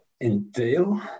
entail